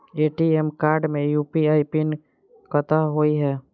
ATM card मे UPI PIN कतह होइ है?